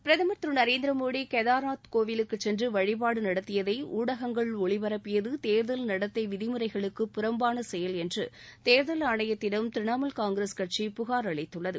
பிரதமர் திரு நரேந்திர மோடி கேதார்நாத் கோவிலுக்கு சென்று வழிபாடு நடத்தியதை ஊடகங்கள் ஒளிப்பரப்பியது தேர்தல் நடத்தை விதிமுறைகளுக்கு புறம்பான செயல் என்று தேர்தல் ஆணையத்திடம் திரிணாமுல் காங்கிரஸ் கட்சி புகார் அளித்துள்ளது